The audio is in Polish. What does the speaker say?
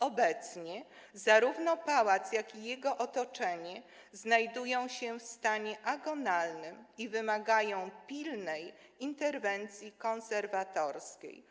Obecnie zarówno pałac, jak i jego otoczenie znajdują się w stanie agonalnym i wymagają pilnej interwencji konserwatorskiej.